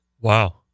Wow